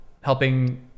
helping